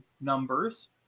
numbers